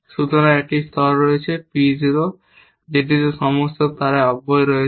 সুতরাং একটি স্তর রয়েছে P 0 যেটিতে সমস্ত তারার অব্যয় রয়েছে